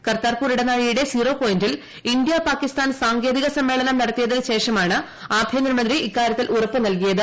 കർത്താർപ്പൂർ ഇടനാഴിയുടെ സീറോ പോയിന്റിൽ ഇന്ത്യ പാകിസ്ഥാൻ സാങ്കേതിക സമ്മേളനം നടത്തിയതിന് ശേഷമാണ് ആഭ്യന്തരമന്ത്രി ഇക്കാരൃത്തിൽ ഉറപ്പു നൽകിയത്